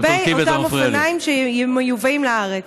לגבי אותם אופניים שמיובאים לארץ.